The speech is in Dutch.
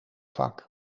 vak